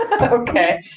Okay